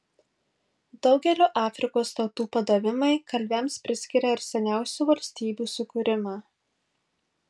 daugelio afrikos tautų padavimai kalviams priskiria ir seniausių valstybių sukūrimą